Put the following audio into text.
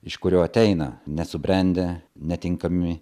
iš kurio ateina nesubrendę netinkami